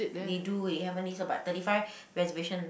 they do they haven't did so but thirty five reservation